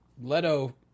Leto